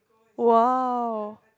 !wow!